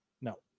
No